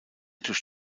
durch